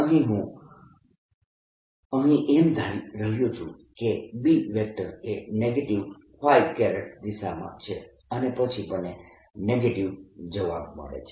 અહીં હું અહીં એમ ધારી રહ્યો છું કે B એ નેગેટીવ દિશામાં છે અને પછી મને નેગેટીવ જવાબ મળે છે